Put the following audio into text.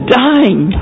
dying